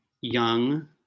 young